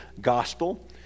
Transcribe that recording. gospel